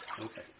Okay